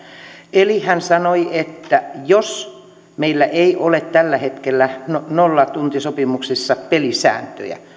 eli hän sanoi että jos meillä ei ole tällä hetkellä nollatuntisopimuksissa pelisääntöjä